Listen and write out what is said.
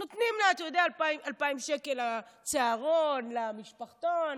אתה יודע, נותנים לה 2,000 שקל לצהרון, למשפחתון,